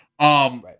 Right